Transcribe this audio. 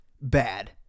bad